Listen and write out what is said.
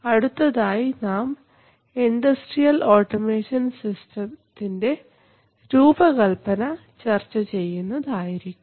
അടുത്തതായി നാം industrial automation സിസ്റ്റംസ്ൻറെ രൂപകല്പന ചർച്ച ചെയ്യുന്നതായിരിക്കും